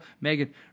Megan